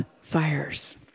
fires